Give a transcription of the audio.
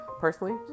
Personally